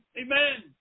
Amen